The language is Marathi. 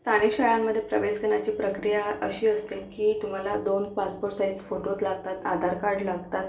स्थानिक शाळांमध्ये प्रवेश घेण्याची प्रक्रिया अशी असते की तुम्हाला दोन पासपोर्ट साइज फोटोज् लागतात आधार कार्ड लागतात